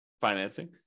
financing